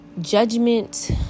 judgment